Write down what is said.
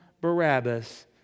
Barabbas